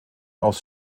aus